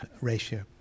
ratio